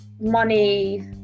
money